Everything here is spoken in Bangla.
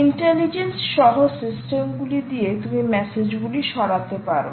ইন্টেলিজেন্স সহ সিস্টেম গুলি দিয়ে তুমি মেসেজগুলি সরাতে পারো